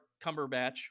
Cumberbatch